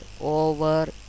over